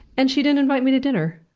and she didn't invite me to dinner.